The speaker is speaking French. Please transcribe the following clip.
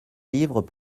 livres